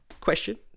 question